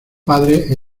padre